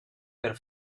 per